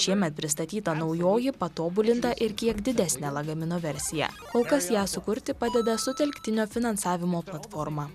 šiemet pristatyta naujoji patobulinta ir kiek didesnė lagamino versija kol kas ją sukurti padeda sutelktinio finansavimo platforma